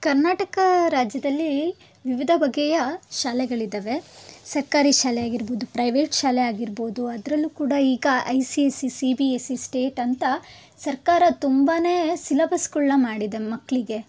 ಕರ್ನಾಟಕ ರಾಜ್ಯದಲ್ಲಿ ವಿವಿಧ ಬಗೆಯ ಶಾಲೆಗಳಿದ್ದಾವೆ ಸರ್ಕಾರಿ ಶಾಲೆ ಆಗಿರ್ಬೋದು ಪ್ರೈವೇಟ್ ಶಾಲೆ ಆಗಿರ್ಬೋದು ಅದರಲ್ಲೂ ಕೂಡ ಈಗ I C S C C B S C state ಅಂತ ಸರ್ಕಾರ ತುಂಬಾ ಸಿಲಬಸ್ಗಳ್ನ ಮಾಡಿದೆ ಮಕ್ಕಳಿಗೆ